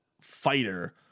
fighter